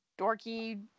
dorky